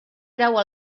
trau